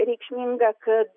reikšmingą kad